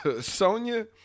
Sonya